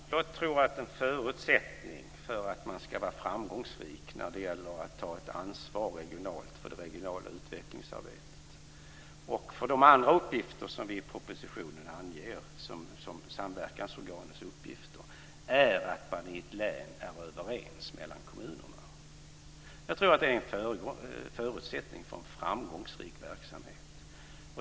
Fru talman! Jag tror att en förutsättning för att man ska vara framgångsrik när det gäller att ta ett ansvar regionalt för det regionala utvecklingsarbetet och för de andra uppgifter som vi i propositionen anger som samverkansorganets uppgifter är att man i ett län är överens mellan kommunerna. Jag tror att det är en förutsättning för en framgångsrik verksamhet.